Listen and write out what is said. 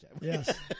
Yes